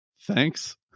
thanks